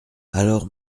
alors